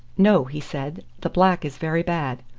no, he said the black is very bad.